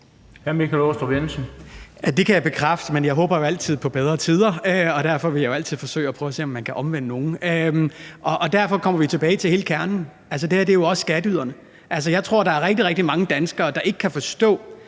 Det kan jeg bekræfte, men jeg håber jo altid på bedre tider, og derfor vil jeg jo altid forsøge at prøve at se, om jeg kan omvende nogen, og derfor kommer vi tilbage til hele kernen. Altså, det her handler jo også om skatteyderne. Jeg tror, at der er rigtig, rigtig mange danskere, der ikke kan forstå,